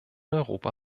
europa